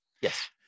Yes